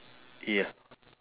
ya